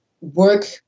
work